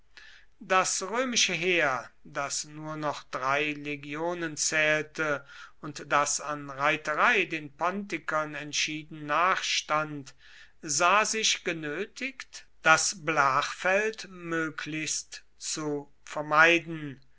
das römische heer das nur noch drei legionen zählte und das an reiterei den pontikern entschieden nachstand sah sich genötigt das blachfeld möglichst zu vermeiden